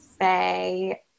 say